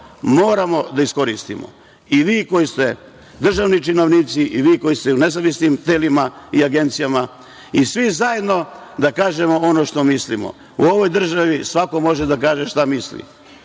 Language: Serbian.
moramo da iskoristimo i vi koji ste državni činovnici i vi koji ste u nezavisnim telima i agencijama i svi zajedno da kažemo ono što mislimo.U ovoj državi svako može da kaže šta misli,